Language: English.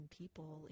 people